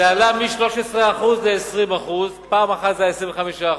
זה עלה מ-13% ל-20% פעם אחת זה היה 25%,